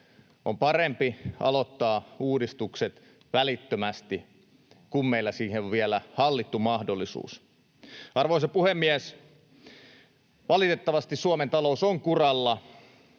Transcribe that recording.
On parempi aloittaa uudistukset välittömästi, kun meillä siihen on vielä hallittu mahdollisuus. Arvoisa puhemies! Valitettavasti Suomen talous on kuralla